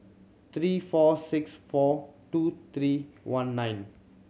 three four six four two three one nine